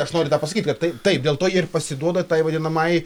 aš noriu tą pasakyt kad tai taip dėl to jie ir pasiduoda tai vadinamajai